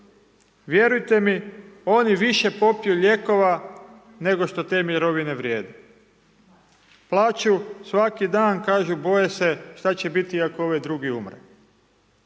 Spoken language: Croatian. Vjerujte mi, oni više popiju lijekova, nego što te mirovine vrijede. Plaču svaki dan, kažu, boje se šta će biti ako ovaj drugi umre.